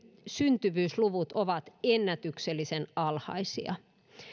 syntyvyysluvut ovat ennätyksellisen alhaisia